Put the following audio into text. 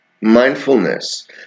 mindfulness